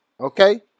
okay